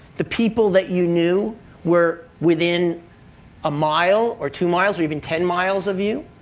the people that you knew where within a mile or two miles or even ten miles of you.